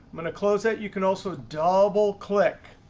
i'm going to close it. you can also double click.